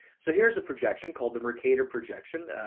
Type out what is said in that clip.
so here's a projection called the mercator projection.